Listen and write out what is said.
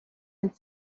and